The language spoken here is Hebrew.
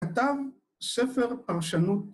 ‫כתב ספר הרשנות.